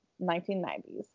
1990s